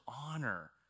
honor